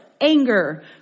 Anger